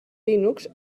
linux